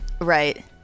Right